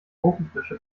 ofenfrische